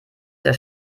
der